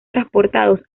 transportados